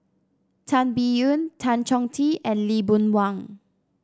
Tan Biyun Tan Chong Tee and Lee Boon Wang